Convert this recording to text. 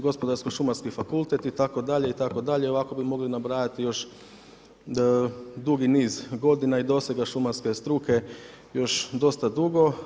Gospodarsko-šumarski fakultet itd.,itd. ovako bi mogli nabrajati još dugi niz godina i dosega šumarske struke još dosta dugo.